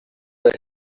over